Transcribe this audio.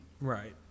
Right